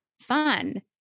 fun